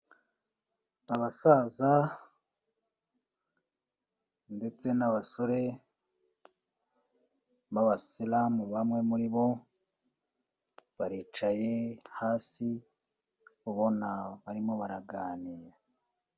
Abasaza ndetse n'abasore b'abasilamu bamwe muri bo baricaye hasi ubona barimo baraganira.